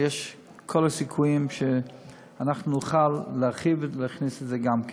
וכל הסיכויים שנוכל להרחיב ולהכניס את זה גם כן.